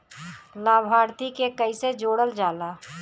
लभार्थी के कइसे जोड़ल जाला?